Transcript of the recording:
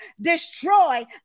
Destroy